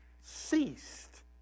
ceased